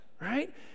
Right